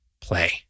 play